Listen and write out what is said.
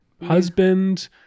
husband